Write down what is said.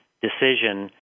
decision